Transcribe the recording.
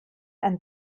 ein